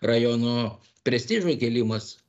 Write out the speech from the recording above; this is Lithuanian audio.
rajono prestižo kėlimas